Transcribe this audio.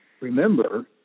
remember